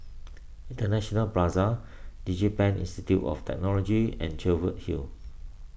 International Plaza DigiPen Institute of Technology and Cheviot Hill